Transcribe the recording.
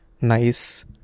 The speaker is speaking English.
nice